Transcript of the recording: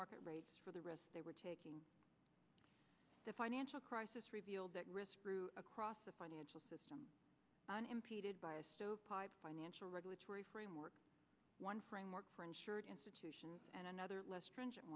market rates for the rest they were taking the financial crisis revealed that risk grew across the financial system unimpeded by a stovepipe financial regulatory framework one framework for insured institutions and another less stringent